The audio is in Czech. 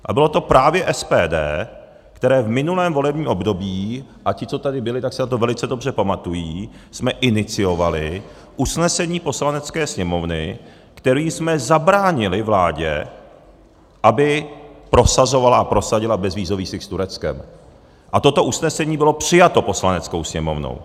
A bylo to právě SPD, které v minulém volebním období, a ti, co tady byli, si na to velice dobře pamatují, jsme iniciovali usnesení Poslanecké sněmovny, kterým jsme zabránili vládě, aby prosazovala a prosadila bezvízový styk s Tureckem, a toto usnesení byl přijato Poslaneckou sněmovnou.